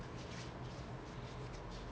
அதுலே கூட:athulae kuda I didn't really